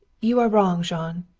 you are wrong, jean.